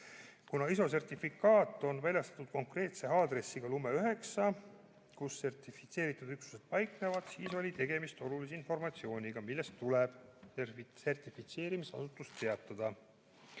Kuna ISO sertifikaat on väljastatud konkreetse aadressiga Lume 9, kus sertifitseeritud üksused nagu paiknevad, siis oli tegemist olulise informatsiooniga, millest tuleb sertifitseerimisasutusele teatada.